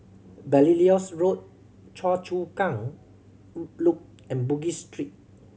Belilios Road Choa Chu Kang Loop and Bugis Street